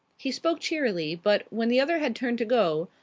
he spoke cheerily, but, when the other had turned to go,